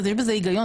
אז היה בזה הגיון.